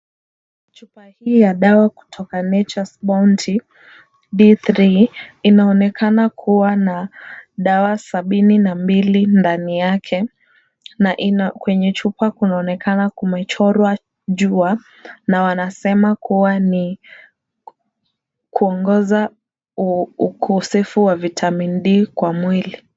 Chupa hii ya dawa kutoka Nature's Bounty D3, inaonekana kuwa na dawa sabini na mbili ndani yake na ina kwenye chupa kunaonekana kumechorwa jua na wanasema kuwa ni kuongoza ukosefu wa vitamin D kwa mwili.